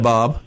Bob